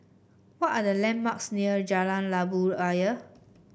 what are the landmarks near Jalan Labu Ayer